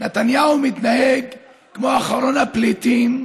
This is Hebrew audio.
נתניהו מתנהג כמו אחרון הפליטים.